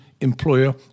employer